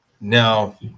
Now